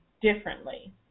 differently